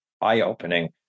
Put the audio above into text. eye-opening